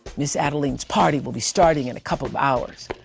miz adeline's party will be starting in a couple of hours.